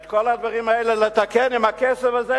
את כל הדברים האלה לתקן עם הכסף הזה,